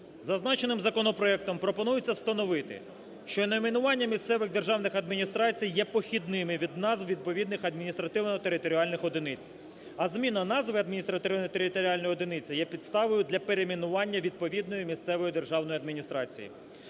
Зазначеним законопроектом пропонується встановити, що найменування місцевих державних адміністрацій є похідними від назв відповідних адміністративно-територіальних одиниць, а зміна назви адміністративно-територіальної одиниці є підставою для перейменування відповідної місцевої державної адміністрації.